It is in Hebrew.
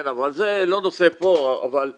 זה לא נושא פה, אבל אתם,